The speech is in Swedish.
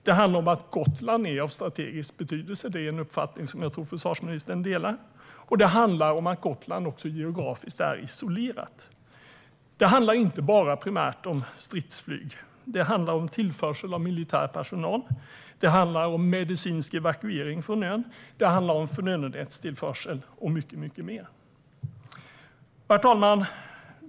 Det handlar om att Gotland är av strategisk betydelse; det är en uppfattning som jag tror att försvarsministern delar. Och det handlar om att Gotland också är geografiskt isolerat. Det handlar inte bara primärt om stridsflyg, utan det handlar om tillförsel av militär personal, om medicinsk evakuering från ön, om förnödenhetstillförsel och mycket mer. Herr talman!